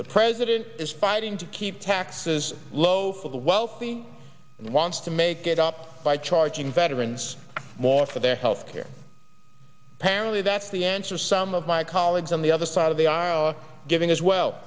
the president is fighting to keep taxes low for the wealthy and wants to make it up by charging veterans more for their health care parity that's the answer some of my colleagues on the other side of the aisle giving as well